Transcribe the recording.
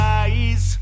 eyes